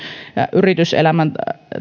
yrityselämän